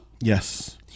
Yes